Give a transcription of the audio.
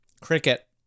Cricket